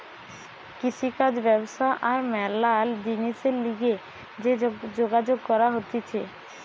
কৃষিকাজ ব্যবসা আর ম্যালা জিনিসের লিগে যে যোগাযোগ করা হতিছে